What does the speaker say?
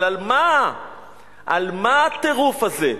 אבל על מה הטירוף הזה?